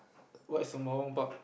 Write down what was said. why Sembawang Park